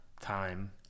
time